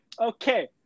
Okay